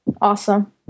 awesome